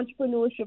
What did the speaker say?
Entrepreneurship